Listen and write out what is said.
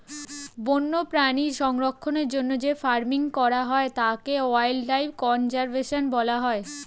বন্যপ্রাণী সংরক্ষণের জন্য যে ফার্মিং করা হয় তাকে ওয়াইল্ড লাইফ কনজার্ভেশন বলা হয়